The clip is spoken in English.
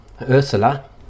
Ursula